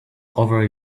over